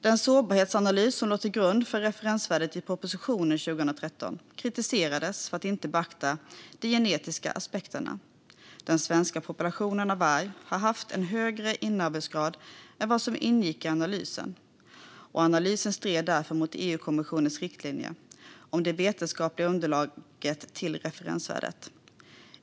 Den sårbarhetsanalys som låg till grund för referensvärdet i propositionen 2013 kritiserades för att inte beakta de genetiska aspekterna. Den svenska populationen av varg har haft en högre inavelsgrad än vad som ingick i analysen, och analysen stred därför mot EU-kommissionens riktlinjer om det vetenskapliga underlaget till referensvärdet.